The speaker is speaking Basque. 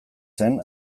zen